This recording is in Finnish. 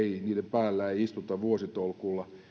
päällä ei istuta vuositolkulla